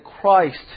Christ